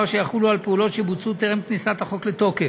שיחולו על פעולות שבוצעו טרם כניסת החוק לתוקף,